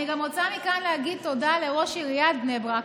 אני גם רוצה להגיד מכאן תודה לראש עיריית בני ברק.